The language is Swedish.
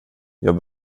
jag